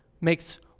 makes